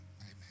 Amen